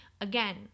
Again